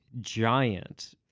giant